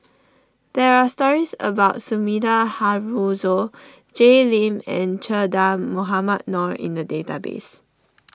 there are stories about Sumida Haruzo Jay Lim and Che Dah Mohamed Noor in the database